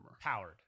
Powered